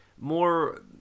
more